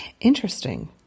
Interesting